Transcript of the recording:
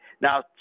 Now